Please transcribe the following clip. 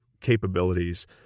capabilities